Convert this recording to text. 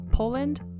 Poland